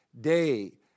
day